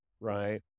right